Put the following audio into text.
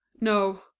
No